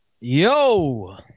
yo